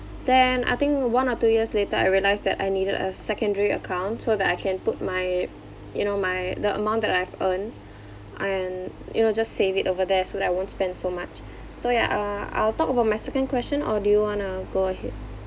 then I think one or two years later I realised that I needed a secondary account so that I can put my you know my the amount that I've earned and you know just save it over there so that I won't spend so much so ya uh I'll talk about my second question or do you want to go ahead